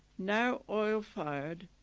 now oil fired,